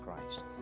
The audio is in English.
Christ